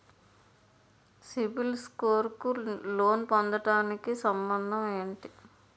CIBIL score కు loan పొందటానికి సంబంధం ఏంటి?